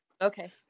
Okay